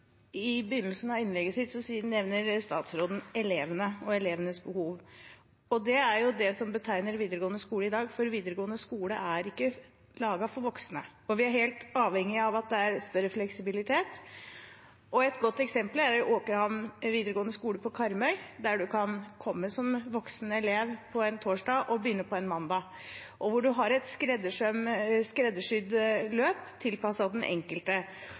det som betegner videregående skole i dag, for videregående skole er ikke laget for voksne. Vi er helt avhengige av at det er større fleksibilitet. Et godt eksempel er Åkrehamn videregående skole på Karmøy, der man kan komme som voksen elev på en torsdag og begynne på mandag, og hvor man har et skreddersydd løp tilpasset den enkelte.